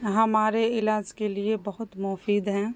ہمارے علاج کے لیے بہت مفید ہیں